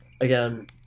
Again